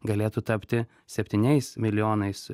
galėtų tapti septyniais milijonais